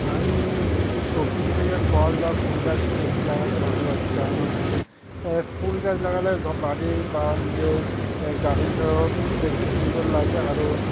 আমি সবজির থেকে ফল বা ফুল গাছটা বেশি লাগাতে ভালোবাসি কারণ হচ্ছে ফুল গাছ লাগালে বাড়ি বা নিজের গার্নডেটাও দেখতে সুন্দর লাগে আরো